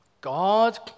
God